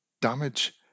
damage